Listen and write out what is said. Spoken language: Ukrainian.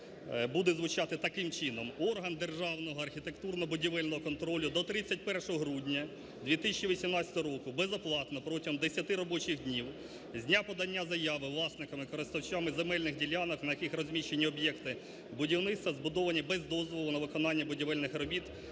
буде звучати таким чином: "Орган державного архітектурно-будівельного контролю до 31 грудня 2018 року безоплатно протягом 10 робочих днів з дня подання заяви власниками, користувачами земельних ділянок, на яких розміщені об'єкти будівництва, збудовані без дозволу на виконання будівельних робіт,